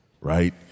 right